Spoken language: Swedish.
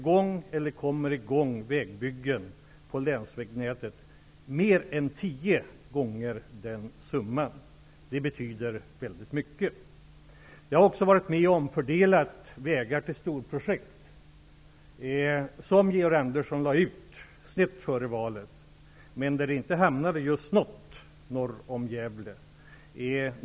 På ett enda år kommer nu vägbyggen på länsvägnätet i gång till mer än tio gånger den summan. Det betyder väldigt mycket. Jag har också varit med och omfördelat medel till vägar i storprojekt som Georg Andersson fördelade strax före valet och där just inte något hamnade norr om Gävle.